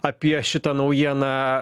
apie šitą naujieną